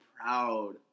proud